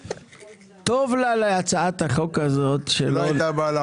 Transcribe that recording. טוב לה להצעת החוק הזאת שלא הייתה באה.